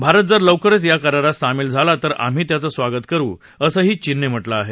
भारत जर लवकर या करारात सामील झाला तर आम्ही त्याचं स्वागत करू असंही चीननं म्हटलं आहे